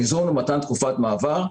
זה שתינתן תקופת מעבר.